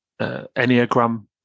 Enneagram